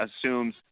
assumes